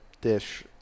dish